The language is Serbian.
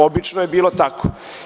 Obično je bilo tako.